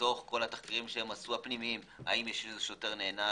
מתוך התחקירים הפנימיים שהם עשו - האם יש שוטר שנענש?